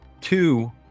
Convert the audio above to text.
Two